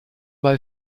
bei